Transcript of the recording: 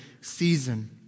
season